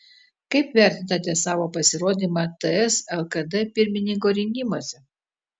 kaip vertinate savo pasirodymą ts lkd pirmininko rinkimuose